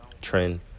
trend